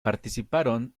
participaron